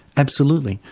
absolutely.